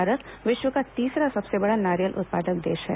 भारत विश्व का तीसरा सबसे बड़ा नारियल उत्पादक देश है